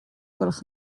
gwelwch